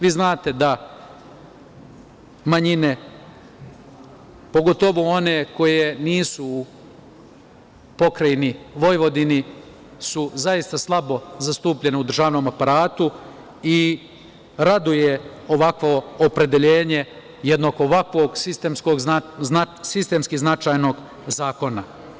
Vi znate da manjine, pogotovo one koje nisu u Pokrajini Vojvodini, su zaista slabo zastupljene u državnom aparatu i raduje ovakvo opredeljenje jednog ovakvog sistemski značajnog zakona.